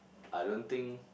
I don't think